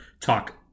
talk